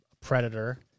predator